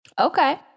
Okay